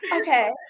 Okay